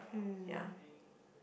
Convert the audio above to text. mm